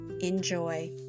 Enjoy